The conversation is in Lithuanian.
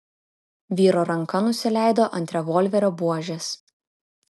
vyro ranka nusileido ant revolverio buožės